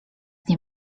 nie